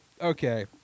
okay